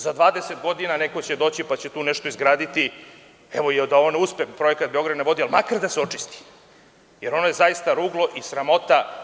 Za 20 godina neko će doći, pa će tu nešto izgraditi, i da ne uspe projekat „Beograd na vodi“, makar da se očisti, jer ono je zaista ruglo i sramota.